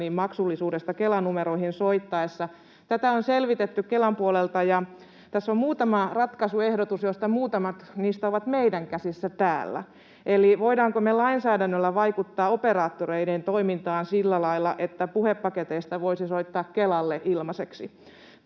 maksullisuudesta Kela-numeroihin soitettaessa. Tätä on selvitetty Kelan puolelta, ja tässä on muutama ratkaisuehdotus, joista muutamat ovat meidän käsissämme täällä. Eli voidaanko me lainsäädännöllä vaikuttaa operaattoreiden toimintaan sillä lailla, että puhepaketeista voisi soittaa Kelalle ilmaiseksi?